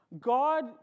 God